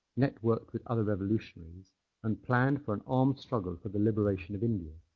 networked with other revolutionaries and planned for an armed struggle for the liberation of india.